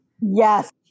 Yes